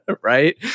right